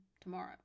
tomorrow